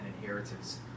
inheritance